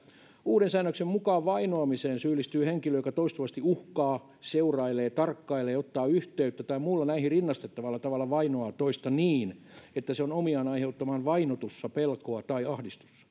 uuden säännöksen mukaan vainoamiseen syyllistyy henkilö joka toistuvasti uhkaa seurailee tarkkailee ottaa yhteyttä tai muulla näihin rinnastettavalla tavalla vainoaa toista niin että se on omiaan aiheuttamaan vainotussa pelkoa tai ahdistusta eikös